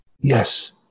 yes